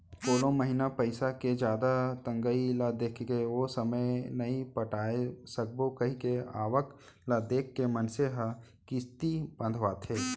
कोनो महिना पइसा के जादा तंगई ल देखके ओ समे नइ पटाय सकबो कइके आवक ल देख के मनसे ह किस्ती बंधवाथे